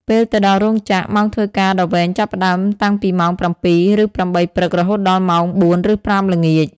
ពេលទៅដល់រោងចក្រ ម៉ោងធ្វើការដ៏វែងចាប់ផ្ដើមតាំងពីម៉ោង ៧ ឬ ៨ ព្រឹក រហូតដល់ម៉ោង ៤ ឬ ៥ ល្ងាច។